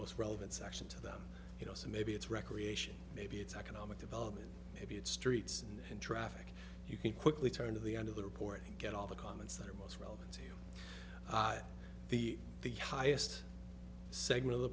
most relevant section to them you know so maybe it's recreation maybe it's economic development maybe it's streets and traffic you can quickly turn to the end of the report and get all the comments that are most for the the highest segment of the